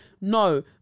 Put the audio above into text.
no